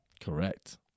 Correct